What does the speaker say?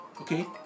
Okay